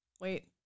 wait